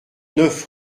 neuf